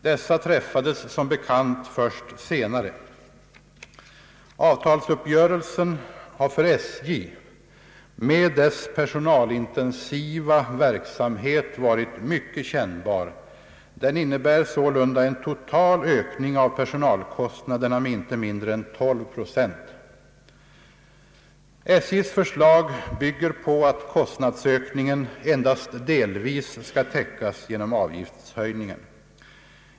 Dessa träffades som bekant först senare. Avtalsuppgörelsen har för SJ med dess personalintensiva verksamhet varit mycket kännbar. Den innebär sålunda en total ökning av personalkostnaderna med inte mindre än 12 procent. SJ:s förslag bygger på att kostnadsökningen endast delvis skall täckas genom avgiftshöjningen.